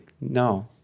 No